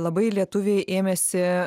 labai lietuviai ėmėsi